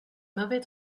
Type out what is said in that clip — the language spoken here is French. mauvais